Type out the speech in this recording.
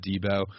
Debo